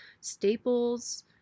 staples